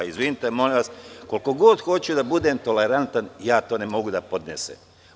Izvinite, molim vas, koliko god hoću da budem tolerantan, ja to ne mogu da podnesem.